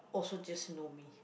also just know me